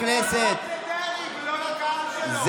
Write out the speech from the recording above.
אריה דרעי ולא לקהל שלו, בואו.